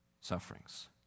sufferings